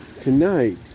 tonight